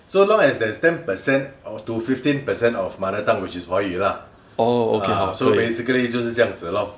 so long as there is ten percent of to fifteen percent of mother tongue which is 华语 lah ah so basically 就是这样子 lor